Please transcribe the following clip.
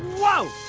whoa!